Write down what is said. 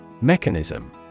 Mechanism